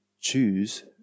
choose